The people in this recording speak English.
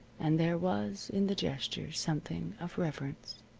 and there was in the gesture something of reverence.